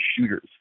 shooters